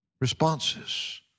responses